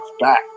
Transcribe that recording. back